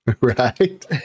Right